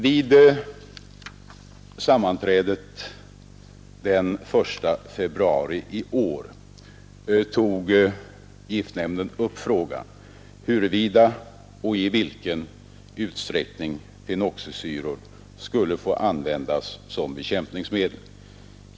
Vid sammanträde den 1 februari i år tog giftnämnden upp frågan huruvida och i vilken utsträckning fenoxisyror skulle få användas som bekämpningsmedel.